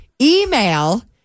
email